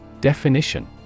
Definition